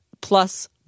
plus